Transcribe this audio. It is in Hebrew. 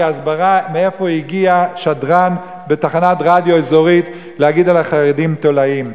כהסברה מאיפה הגיע שדרן בתחנת רדיו אזורית להגיד על החרדים "תולעים".